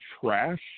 trash